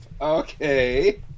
okay